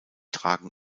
tragen